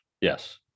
Yes